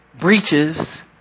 breaches